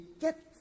get